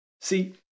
See